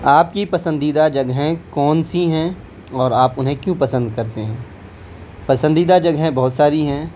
آپ کی پسندیدہ جگہیں کون سی ہیں اور آپ انہیں کیوں پسند کرتے ہیں پسندیدہ جگہیں بہت ساری ہیں